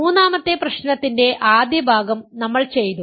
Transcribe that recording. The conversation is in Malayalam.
മൂന്നാമത്തെ പ്രശ്നത്തിൻറെ ആദ്യ ഭാഗം നമ്മൾ ചെയ്തു